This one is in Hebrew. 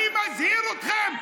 אני מזהיר אתכם.